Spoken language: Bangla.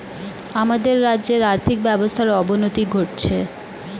আমাদের রাজ্যের আর্থিক ব্যবস্থার অবনতি ঘটছে